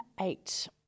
eight